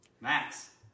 Max